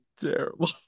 terrible